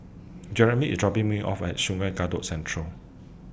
Jerimy IS dropping Me off At Sungei Kadut Central